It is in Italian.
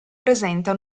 presenta